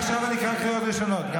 מעכשיו אני אקרא קריאות ראשונות.